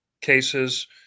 cases